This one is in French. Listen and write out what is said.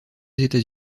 états